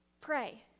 pray